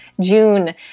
June